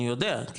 אני יודע,